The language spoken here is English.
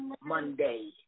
Monday